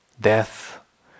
death